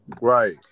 Right